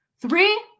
Three